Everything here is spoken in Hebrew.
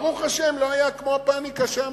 ברוך השם, לא היה כמו הפניקה שאמרתם.